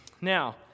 Now